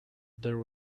there